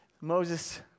Moses